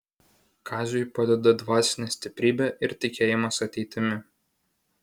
kaziui padeda dvasinė stiprybė ir tikėjimas ateitimi